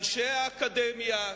אנשי האקדמיה,